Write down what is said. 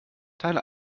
teile